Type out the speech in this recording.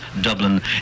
Dublin